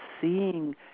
seeing